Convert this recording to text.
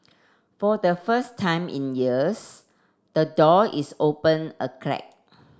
for the first time in years the door is open a crack